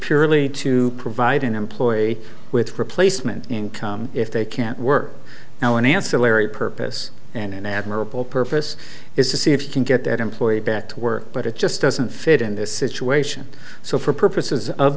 purely to provide an employee with replacement income if they can't work now an ancillary purpose and an admirable purpose is to see if you can get that employee back to work but it just doesn't fit in this situation so for purposes of